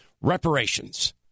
reparations